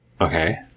Okay